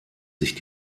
sich